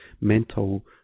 mental